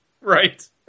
Right